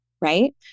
right